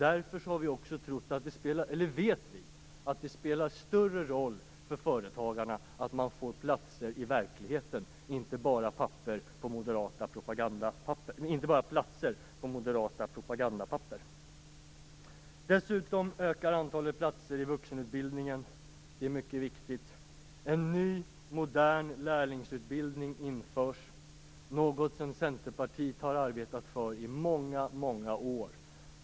Därför vet vi att det spelar större roll för företagarna att man får platser i verkligheten och inte bara platser på moderata propagandapapper. Det är riktigt. En ny modern lärlingsutbildning införs. Det är något som Centerpartiet har arbetat för i många år.